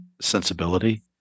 sensibility